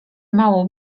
małą